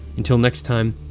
until next time,